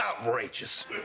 outrageous